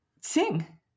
Sing